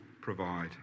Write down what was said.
provide